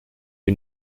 who